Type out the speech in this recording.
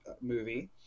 movie